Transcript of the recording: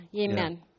Amen